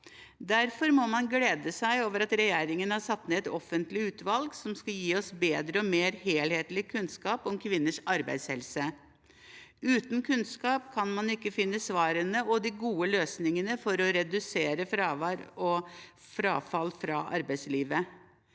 Derfor må man glede seg over at regjeringen har satt ned et offentlig utvalg som skal gi oss bedre og mer helhetlig kunnskap om kvinners arbeidshelse. Uten kunnskap kan man ikke finne svarene og de gode løsningene for å redusere fravær og frafall fra arbeidslivet.